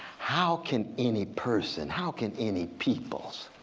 how can any person, how can any people